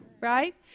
right